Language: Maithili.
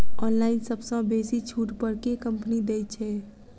ऑनलाइन सबसँ बेसी छुट पर केँ कंपनी दइ छै?